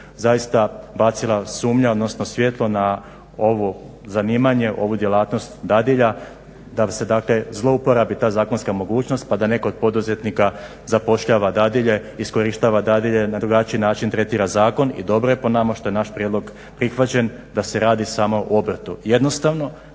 zaista bacila sumnja odnosno svjetlo na ovo zanimanje, ovu djelatnost dadilja da se zlouporabi ta zakonska mogućnost pa da netko od poduzetnika zapošljava dadilje, iskorištava dadilje na drugačiji način tretira zakon. i dobro je po nama što je naš prijedlog prihvaćen da se radi samo o obrtu. Jednostavno